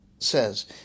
Says